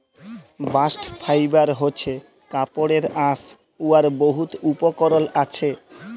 bast fibre হছে কাপড়ের আঁশ উয়ার বহুত উপকরল আসে